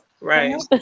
Right